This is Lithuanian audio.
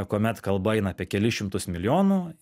kuomet kalba eina apie kelis šimtus milijonų